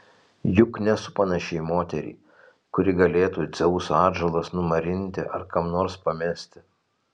juk nesu panaši į moterį kuri galėtų dzeuso atžalas numarinti ar kam nors pamesti